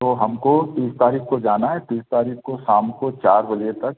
तो हम को तीस तारीख़ को जाना है तीस तारीख़ को शाम को चार बजे तक